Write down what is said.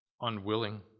unwilling